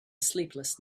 sleepless